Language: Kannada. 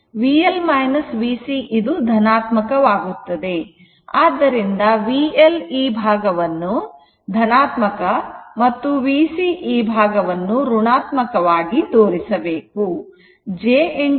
VL VCಇದು ಧನಾತ್ಮಕ ವಾಗುತ್ತದೆ ಆದ್ದರಿಂದ VL ಈ ಭಾಗವನ್ನು ಧನಾತ್ಮಕ ಮತ್ತು VC ಈ ಭಾಗವನ್ನು ಋಣಾತ್ಮಕವಾಗಿಯೇ ತೋರಿಸಬೇಕು